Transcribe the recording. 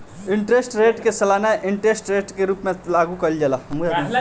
interest rate के सालाना interest rate के रूप में लागू कईल जाला